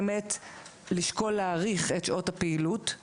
לשקול להאריך את שעות הפעילות;